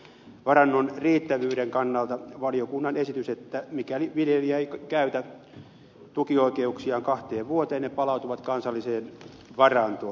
varannon riittävyyden kannalta valiokunta esittää että mikäli viljelijä ei käytä tukioikeuksiaan kahteen vuoteen ne palautuvat kansalliseen varantoon